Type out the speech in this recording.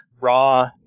raw